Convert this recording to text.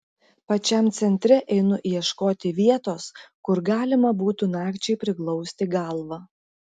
pačiam centre einu ieškoti vietos kur galima būtų nakčiai priglausti galvą